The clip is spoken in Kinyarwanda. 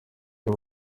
iyo